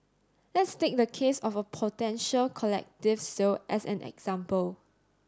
let's take the case of a potential collective sale as an example